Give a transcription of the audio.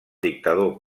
dictador